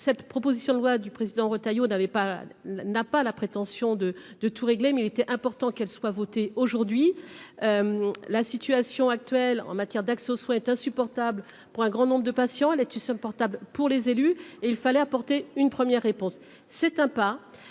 cette proposition de loi du président Retailleau n'avait pas, n'a pas la prétention de de tout régler mais il était important qu'elle soit votée aujourd'hui, la situation actuelle en matière d'accès aux soins est insupportable. Pour un grand nombre de patients tu son portable pour les élus et il fallait apporter une première réponse, c'est un pas,